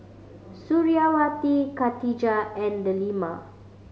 Suriawati Katijah and Delima